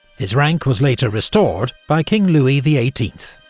his rank was later restored by king louis the eighteenth.